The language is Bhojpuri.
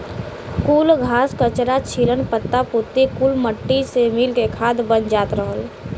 कुल घास, कचरा, छीलन, पत्ता पुत्ती कुल मट्टी से मिल के खाद बन जात रहल